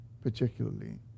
particularly